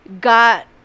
got